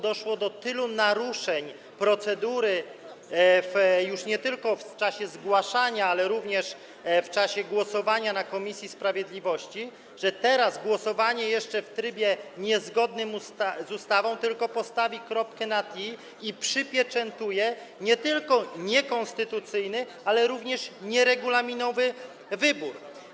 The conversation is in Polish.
Doszło do tylu naruszeń procedury już nie tylko w czasie zgłaszania, ale również w czasie głosowania na posiedzeniu komisji sprawiedliwości, że teraz głosowanie, jeszcze w trybie niezgodnym z ustawą, tylko postawi kropkę nad i, a także przypieczętuje nie tylko niekonstytucyjny, ale również nieregulaminowy wybór.